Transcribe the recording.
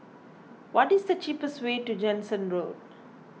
what is the cheapest way to Jansen Road